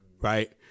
right